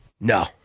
No